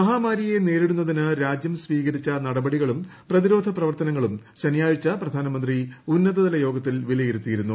മഹാമാരിയെ നേരിടുന്നതിന് രാജ്യം സ്വീകരിച്ച നടപടികളും പ്രതിരോധ പ്രവർത്തനങ്ങളും ശനിയാഴ്ച പ്രധാനമന്ത്രി ഉന്നതതല യോഗത്തിൽ വിലയിരുത്തിയിരുന്നു